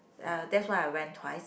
uh that's why I went twice